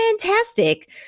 fantastic